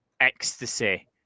ecstasy